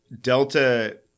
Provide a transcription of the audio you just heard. Delta